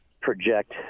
project